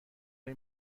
های